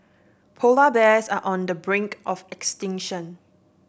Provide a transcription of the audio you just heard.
polar bears are on the brink of extinction